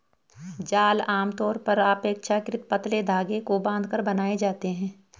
जाल आमतौर पर अपेक्षाकृत पतले धागे को बांधकर बनाए जाते हैं